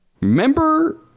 Remember